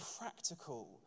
practical